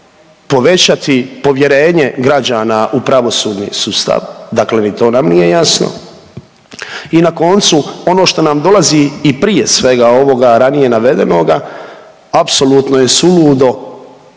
povećati povjerenje građana u pravosudni sustav, dakle ni to nam nije jasno i na koncu ono što nam dolazi i prije svega ovoga ranije navedenoga apsolutno je suludo